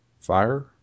Fire